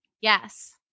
Yes